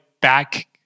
back